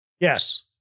yes